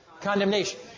Condemnation